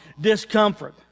discomfort